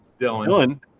Dylan